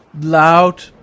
loud